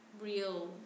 real